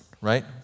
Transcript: right